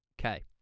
Okay